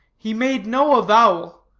he made no avowal,